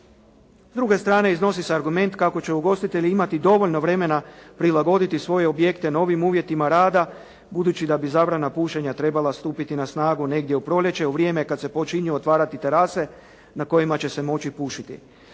S druge strane iznosi se argument kako će ugostitelji imati dovoljno vremena prilagoditi svoje objekte novim uvjetima rada, budući da bi zabrana pušenja trebala stupiti na snagu negdje u proljeće u vrijeme kada se počinju otvarati terase na kojima će se moći pušiti.